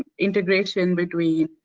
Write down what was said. integration between